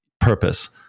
purpose